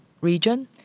region